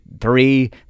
three